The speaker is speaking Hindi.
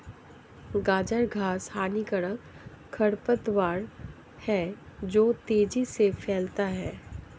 गाजर घास हानिकारक खरपतवार है जो तेजी से फैलता है